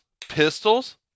pistols